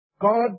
God